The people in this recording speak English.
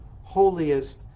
holiest